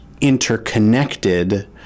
interconnected